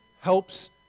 helps